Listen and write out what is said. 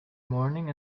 morning